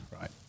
right